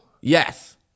Yes